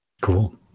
Cool